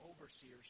overseers